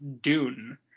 Dune